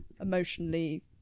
emotionally